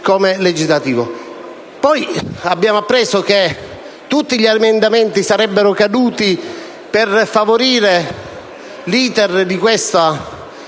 Abbiamo poi appreso che tutti gli emendamenti sarebbero caduti per favorire l'*iter* di questo